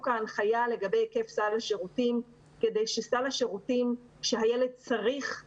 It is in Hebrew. ההנחיה לגבי היקף סל השירותים כדי שסל השירותים שהילד צריך לקבל,